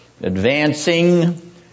advancing